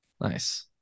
Nice